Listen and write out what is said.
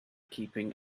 keeping